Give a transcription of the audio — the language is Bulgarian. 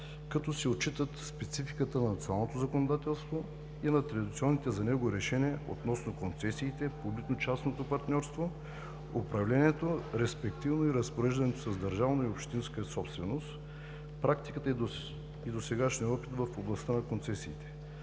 като се отчита спецификата на националното законодателство и на традиционните за него решения относно концесиите, публично-частното партньорство, управлението, респективно и разпореждането с държавна и общинска собственост, практиката и досегашният опит в областта на концесиите.